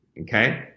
Okay